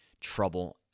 trouble